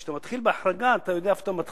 כשאתה מתחיל בהחרגה, אתה יודע איפה אתה מתחיל,